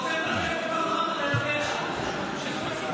כשאתה רוצה לדבר בקול רם, אתה יודע.